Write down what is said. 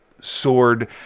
sword